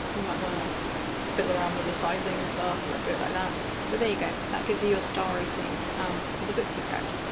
you might want to fiddle around with the sizing and stuff like do it like that but there you go that gives you your star rating for um all the books you've read.